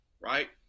right